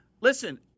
listen